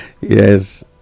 Yes